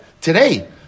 Today